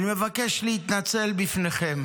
אני מבקש להתנצל בפניכם